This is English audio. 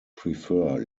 prefer